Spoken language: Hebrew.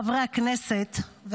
חברי הכנסת,